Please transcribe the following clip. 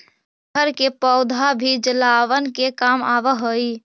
अरहर के पौधा भी जलावन के काम आवऽ हइ